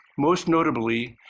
most notably,